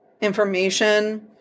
information